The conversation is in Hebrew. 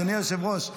אדוני היושב-ראש,